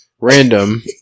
random